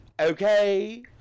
Okay